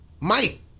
Mike